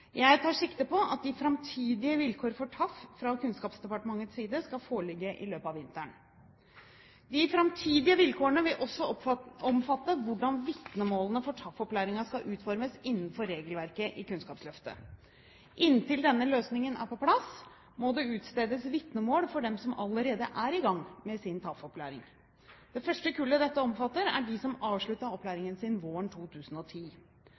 Jeg tar sikte på at de framtidige vilkår for TAF fra Kunnskapsdepartementets side skal foreligge i løpet av vinteren. De framtidige vilkårene vil også omfatte hvordan vitnemålene for TAF-opplæringen skal utformes innenfor regelverket for Kunnskapsløftet. Inntil denne løsningen er på plass, må det utstedes vitnemål for dem som allerede er i gang med sin TAF-opplæring. Det første kullet dette omfatter, er det som avsluttet sin opplæring våren 2010.